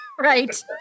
Right